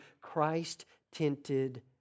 Christ-tinted